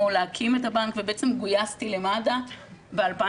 להקים את הבנק ובעצם גויסתי למד"א ב-2018.